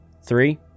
Three